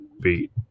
beat